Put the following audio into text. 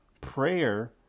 prayer